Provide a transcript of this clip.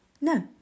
No